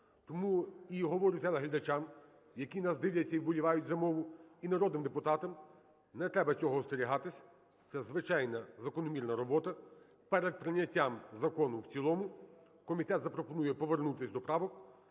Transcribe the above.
Тому і говорю телеглядачам, які нас дивляться і вболівають за мову, і народним депутатам: не треба цього остерігатись, це звичайна, закономірна робота. Перед прийняттям закону в цілому комітет запропонує повернутись до правок,